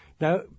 Now